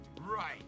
Right